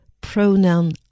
pronoun